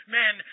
men